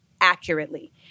accurately